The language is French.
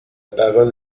parole